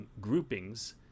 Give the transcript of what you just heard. groupings